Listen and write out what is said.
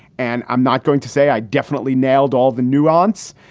and i'm not going to say i definitely nailed all the nuance.